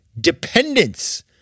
dependence